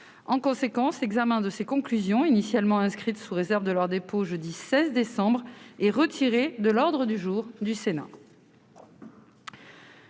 En conséquence, l'examen de ses conclusions, initialement inscrites, sous réserve de leur dépôt, jeudi 16 décembre prochain, est retiré de l'ordre du jour du Sénat.